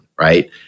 Right